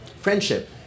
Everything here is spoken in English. friendship